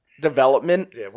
development